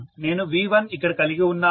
నేను V1 ఇక్కడ కలిగి ఉన్నాను